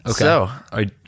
okay